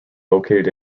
located